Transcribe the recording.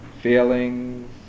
feelings